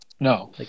No